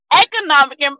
economic